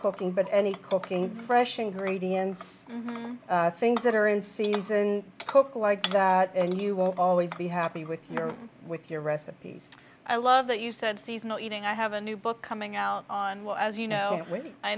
cooking but any cooking fresh ingredients things that are in season cook like and you won't always be happy with your with your recipes i love that you said seasonal eating i have a new book coming out on well as you know